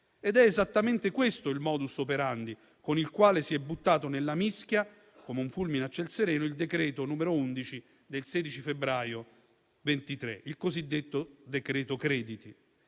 È esattamente questo il *modus operandi* con il quale si è buttato nella mischia, come un fulmine a ciel sereno, il decreto-legge n. 11 del 16 febbraio 2023, il cosiddetto decreto crediti.